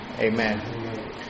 Amen